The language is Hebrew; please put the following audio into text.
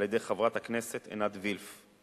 על-ידי חברת הכנסת עינת וילף,